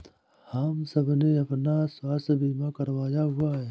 हम सबने अपना स्वास्थ्य बीमा करवाया हुआ है